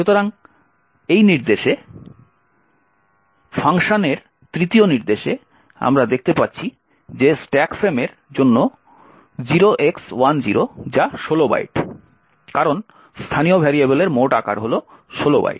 সুতরাং এই নির্দেশে function এর 3য় নির্দেশে আমরা দেখতে পাচ্ছি যে স্ট্যাক ফ্রেমের জন্য 0x10 যা 16 বাইট কারণ স্থানীয় ভেরিয়েবলের মোট আকার হল 16 বাইট